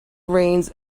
reins